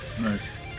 Nice